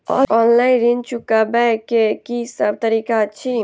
Online ऋण चुकाबै केँ की सब तरीका अछि?